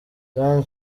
don